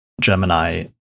Gemini